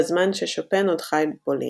בזמן ששופן עוד חי בפולין,